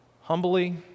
humbly